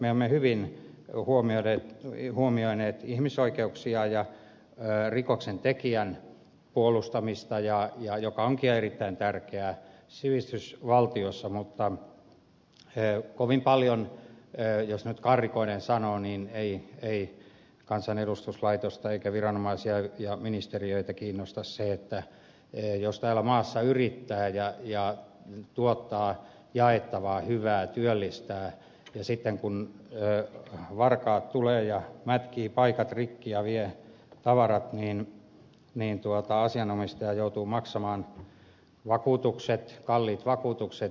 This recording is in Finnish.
me olemme hyvin huomioineet ihmisoikeuksia ja rikoksentekijän puolustamista mikä onkin erittäin tärkeää sivistysvaltiossa mutta kovin paljon jos nyt karrikoiden sanoo ei kansanedustuslaitosta eikä viranomaisia eikä ministeriöitä kiinnosta se että jos täällä maassa yrittää ja tuottaa jaettavaa hyvää työllistää ja jos sitten varkaat tulevat ja mätkivät paikat rikki ja vievät tavarat niin asianomistaja joutuu maksamaan vakuutukset kalliit vakuutukset